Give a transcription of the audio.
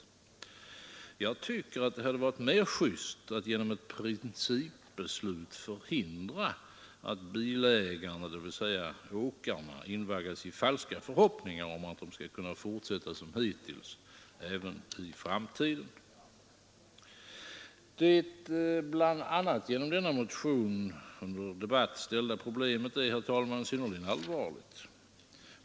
Jag tycker att det hade varit mer just att genom ett principbeslut förhindra att bilägarna, dvs. åkarna, invaggas i falska förhoppningar om att de skall kunna fortsätta som hittills även i framtiden. Det bl.a. genom denna motion under debatt ställda problemet är, herr talman, synnerligen allvarligt.